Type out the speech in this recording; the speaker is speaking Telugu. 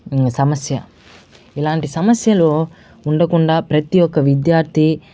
సమస్య ఇలాంటి సమస్యలు ఉండకుండా ప్రతి ఒక్క విద్యార్థి